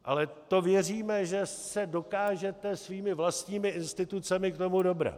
Ale to věříme, že se dokážete svými vlastními institucemi k tomu dobrat.